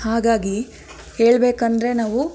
ಹಾಗಾಗಿ ಹೇಳ್ಬೇಕೆಂದ್ರೆ ನಾವು